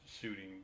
shooting